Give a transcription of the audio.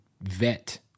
vet